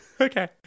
Okay